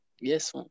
Yes